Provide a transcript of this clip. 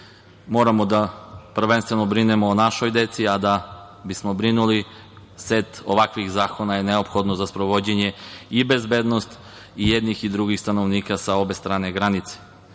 moramo da prvenstveno brinemo o našoj deci, a da bismo brinuli set ovakvih zakona je neophodan za sprovođenje i bezbednost jednih i drugih stanovnika sa obe strane granice.